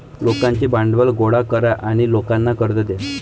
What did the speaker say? लोकांचे भांडवल गोळा करा आणि लोकांना कर्ज द्या